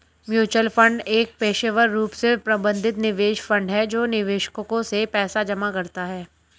mutual fund एक पेशेवर रूप से प्रबंधित निवेश फंड है जो निवेशकों से पैसा जमा कराता है